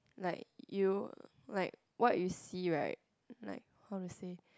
like you like what you see right like what would say